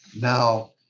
now